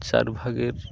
চার ভাগের